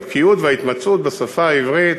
הבקיאות וההתמצאות בשפה העברית,